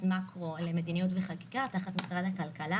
מאקרו למדיניות וחקיקה תחת משרד הכלכלה